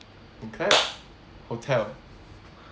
and clap hotel